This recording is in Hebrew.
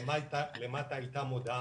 למטה הייתה מודעה.